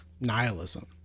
nihilism